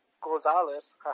Gonzalez